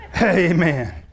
Amen